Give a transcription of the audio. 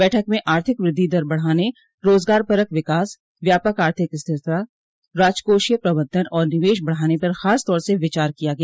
बैठक में आर्थिक वृद्धि दर बढ़ाने रोज़गारपरक विकास व्यापक आर्थिक स्थिरता राजकोषीय प्रबंधन और निवेश बढ़ाने पर खासतौर से विचार किया गया